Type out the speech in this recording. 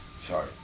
Sorry